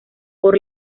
por